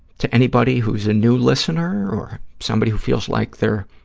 to anybody who's a new listener or somebody who feels like they're,